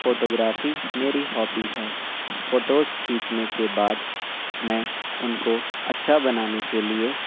photo گرافی میری hobby ہے فوٹوز کھینچنے کے بعد میں ان کو اچھا بنانے کے لیے